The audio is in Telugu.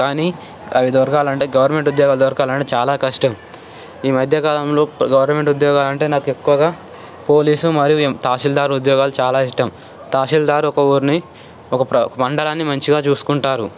కానీ అవి దొరకాలంటే గవర్నమెంట్ ఉద్యోగాలు దొరకాలంటే చాలా కష్టం ఈ మధ్యకాలంలో గవర్నమెంట్ ఉద్యోగాలు అంటే నాకు ఎక్కువగా పోలీసు మరియు తహసీల్దార్ ఉద్యోగాలు చాలా ఇష్టం తహసీల్దార్ ఒక ఊరిని ఒక మండలాన్ని మంచిగా చూసుకుంటారు